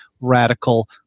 radical